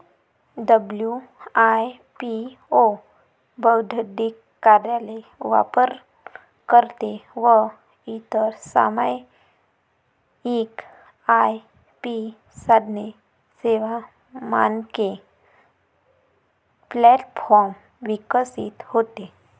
WIPO बौद्धिक कार्यालय, वापरकर्ते व इतर सामायिक आय.पी साधने, सेवा, मानके प्लॅटफॉर्म विकसित होते